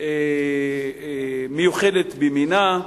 מיוחדת במינה.